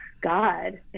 God